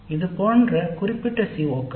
இதுபோன்ற குறிப்பிட்ட CO கள்